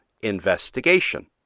investigation